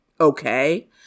okay